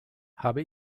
habe